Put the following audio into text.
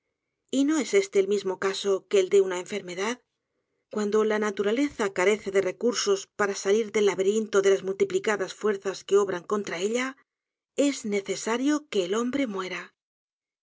infeliz y no es este el mismo caso que el de una enfermedad cuando la naturaleza carece de recursos para salir del laberinto de las multiplicadas fuerzas que obran contra ella es necesario que el hombre muera